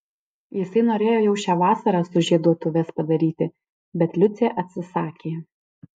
jisai norėjo jau šią vasarą sužieduotuves padaryti bet liucė atsisakė